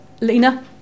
Lena